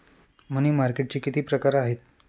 मनी मार्केटचे किती प्रकार आहेत?